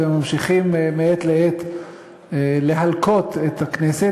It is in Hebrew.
וממשיכים מעת לעת להלקות את הכנסת,